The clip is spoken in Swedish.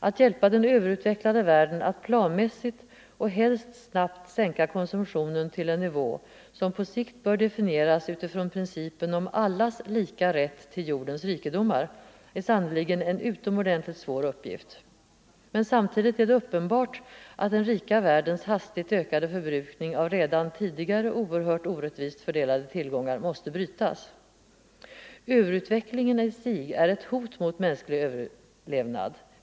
Att hjälpa den överutvecklade världen att planmässigt och helst snabbt sänka konsumtionen till en nivå som på sikt bör definieras utifrån principen om allas lika rätt till jordens rikedomar, är sannerligen en utomordentligt svår uppgift. Men samtidigt är det uppenbart att den rika världens hastigt ökade förbrukning av redan tidigare oerhört orättvist fördelade tillgångar måste brytas. Överutvecklingen i sig är ett hot mot mänsklig överlevnad.